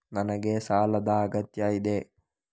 ನನಗೆ ಸಾಲದ ಅಗತ್ಯ ಇದೆ?